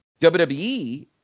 WWE